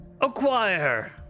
acquire